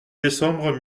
décembre